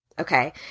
Okay